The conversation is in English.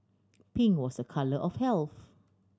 pink was a colour of health